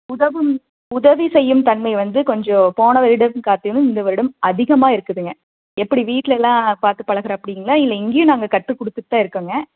உதவும் உதவி செய்யும் தன்மை வந்து கொஞ்சம் போன வருடம் காட்டிலும் இந்த வருடம் அதிகமாக இருக்குதுங்க எப்படி வீட்டில் எல்லாம் பார்த்து பழகறாப்பிடிங்களா இல்லை இங்கேயும் நாங்கள் கற்றுக்கொடுத்துட்டு தான் இருக்கோங்க